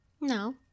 No